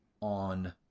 on